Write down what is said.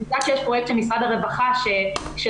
יש פרויקט של משרד הרווחה של